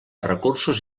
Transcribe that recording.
recursos